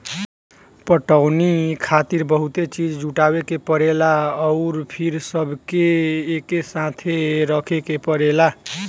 पटवनी खातिर बहुते चीज़ जुटावे के परेला अउर फिर सबके एकसाथे रखे के पड़ेला